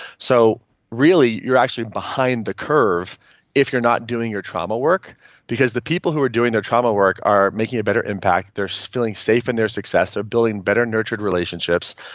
so really you're actually behind the curve if you're not doing your trauma work because the people who are doing their trauma work are making a better impact. they're so feeling safe in their success. they're building better nurtured relationships.